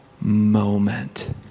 moment